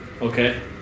okay